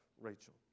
Rachel